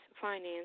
finance